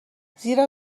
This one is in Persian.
زیرا